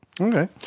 Okay